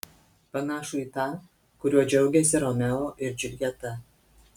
panašų į tą kuriuo džiaugėsi romeo ir džiuljeta